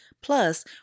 Plus